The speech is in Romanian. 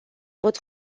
pot